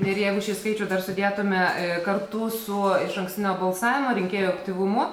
ir jeigu šį skaičių dar sudėtume kartu su išankstinio balsavimo rinkėjų aktyvumu